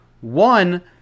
one